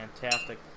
fantastic